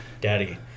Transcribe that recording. Daddy